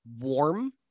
warm